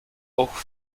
auch